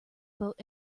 boat